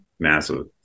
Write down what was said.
Massive